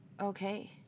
Okay